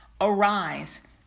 Arise